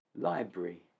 Library